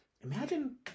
imagine